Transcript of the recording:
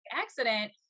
accident